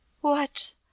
What